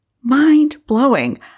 mind-blowing